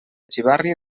xivarri